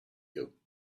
you